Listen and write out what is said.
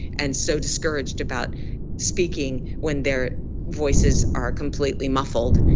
and so discouraged about speaking when their voices are completely muffled,